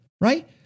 Right